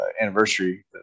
anniversary